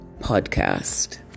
podcast